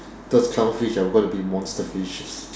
those clownfish are going to be a monster fishes